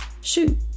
Shoot